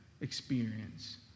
experience